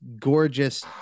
gorgeous